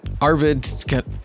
Arvid